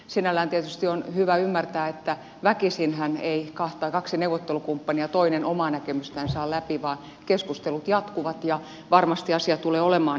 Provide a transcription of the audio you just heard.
sinällään tietysti on hyvä ymmärtää että väkisinhän kahdesta neuvottelukumppanista toinen ei omaa näkemystään saa läpi vaan keskustelut jatkuvat ja varmasti asia tulee olemaan esillä